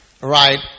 right